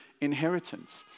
inheritance